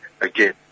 again